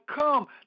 come